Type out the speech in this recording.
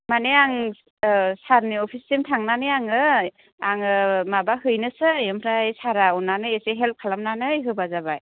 माने आं सारनि अफिससिम थांनानै आङो आङो माबा हैनोसै ओमफ्राय सारा अननानै एसे हेल्प खालामनानै होब्लानो जाबाय